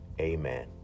Amen